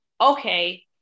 okay